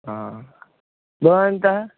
ह भवन्तः